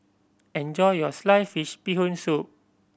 enjoy your sliced fish Bee Hoon Soup